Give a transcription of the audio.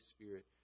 Spirit